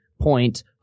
point